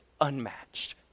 unmatched